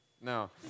No